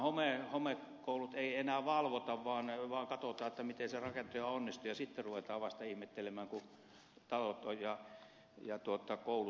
näitä homekouluja ei enää valvota vaan katsotaan miten se rakentaja on onnistunut ja sitten ruvetaan vasta ihmettelemään kun talot ja koulut ovat homeessa